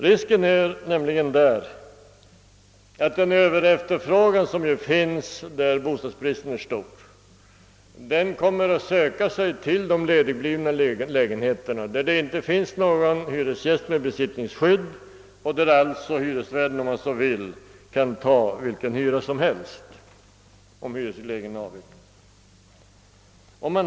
Då är nämligen risken att den överefterfrågan som finns i orter med bostadsbrist kommer att söka sig till de ledigblivna lägenheterna, där det inte finns några hyresgäster med besittningsskydd. Hyresvärden kan då ta ut vilken hyra som helst, om hyresregleringen är avvecklad.